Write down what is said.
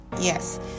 Yes